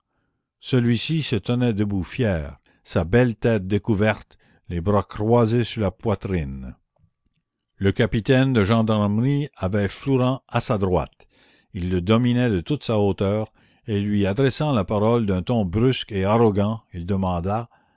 celui-ci se tenait debout fier sa belle tête découverte les bras croisés sur la poitrine le capitaine de gendarmerie avait flourens à sa droite il le dominait de toute sa hauteur et lui adressant la parole d'un ton brusque et arrogant il demanda